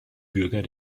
bürger